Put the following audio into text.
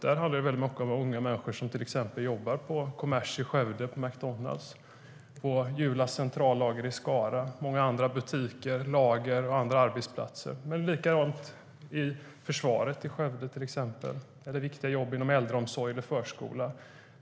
Där finns det väldigt många unga människor som jobbar till exempel på Commerce i Skövde, på McDonalds, på Julas centrallager i Skara och i butiker, på lager och på andra arbetsplatser. Det är likadant inom försvaret i Skövde och på viktiga jobb inom äldreomsorg eller förskola.